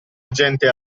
agente